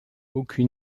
aucun